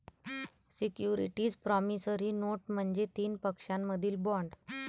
securities promissory note म्हणजे तीन पक्षांमधील बॉण्ड